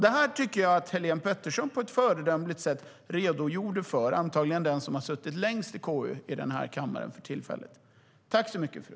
Det här tycker jag att Helene Petersson redogjorde för på ett föredömligt sätt. Hon är antagligen för tillfället den ledamot i den här kammaren som suttit längst i KU.